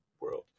world